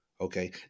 Okay